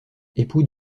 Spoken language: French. époux